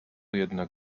jednak